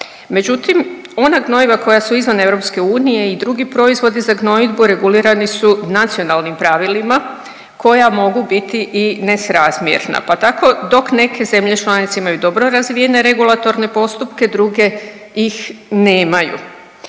međutim ona gnojiva koja su izvan EU i drugi proizvodi za gnojidbu regulirani su nacionalnim pravilima koja mogu biti i nesrazmjerna, pa tako dok neke zemlje članice imaju dobro razvijene regulatorne postupke druge ih nemaju.